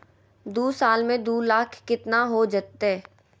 दू साल में दू लाख केतना हो जयते?